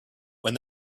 when